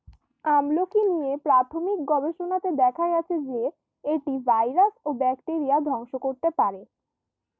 আমলকী নিয়ে প্রাথমিক গবেষণাতে দেখা গেছে যে, এটি ভাইরাস ও ব্যাকটেরিয়া ধ্বংস করতে পারে